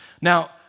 Now